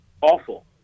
awful